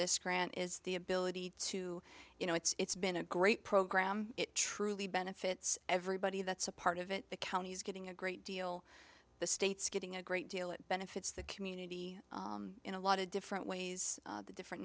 grant is the ability to you know it's been a great program it truly benefits everybody that's a part of it the county's getting a great deal the state's getting a great deal it benefits the community in a lot of different ways to different